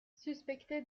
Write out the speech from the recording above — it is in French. suspecté